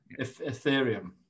Ethereum